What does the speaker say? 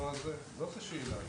זאת השאלה,